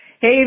Hey